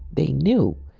they knew.